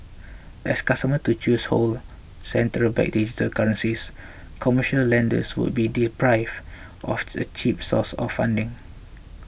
as customers to choose hold central bank digital currencies commercial lenders would be deprived of a cheap source of funding